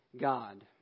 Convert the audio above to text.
God